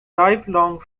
lifelong